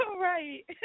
right